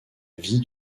vie